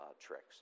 tricks